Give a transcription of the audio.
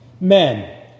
Men